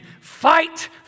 fight